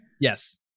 yes